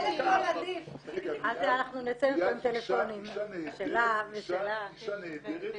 היא אישה נהדרת --- אוקיי.